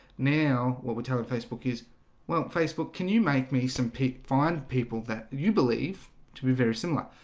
now what we're telling facebook is well facebook can you make me some peak find people that you believe to be very similar?